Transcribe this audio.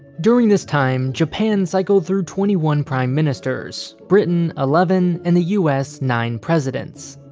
during this time, japan cycled through twenty one prime ministers, britain, eleven, and the u s, nine presidents.